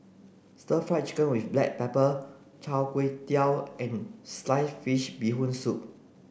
stir fried chicken with black pepper Chai Kuay Tow and sliced fish bee hoon soup